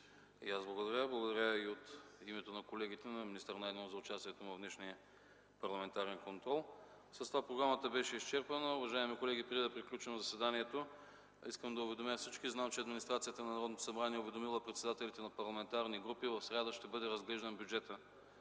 Благодаря и от името на колегите на министър Найденов за участието му в днешния парламентарен контрол. С това програмата беше изчерпана. Уважаеми колеги, преди да приключа заседанието, искам да уведомя всички. Знам, че администрацията на Народното събрание е уведомила председателите на парламентарните групи – в сряда ще бъде разглеждан бюджетът